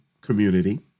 community